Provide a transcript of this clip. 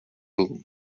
room